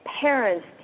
parents